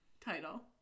title